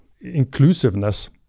inclusiveness